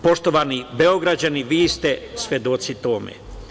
Poštovani Beograđani, vi ste svedoci tome.